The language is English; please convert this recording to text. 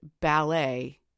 ballet